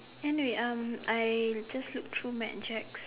anyway um I just looked through mad Jack's